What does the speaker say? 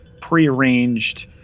prearranged